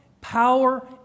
power